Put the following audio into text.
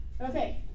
okay